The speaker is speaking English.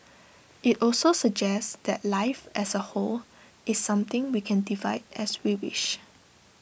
IT also suggests that life as A whole is something we can divide as we wish